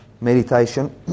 meditation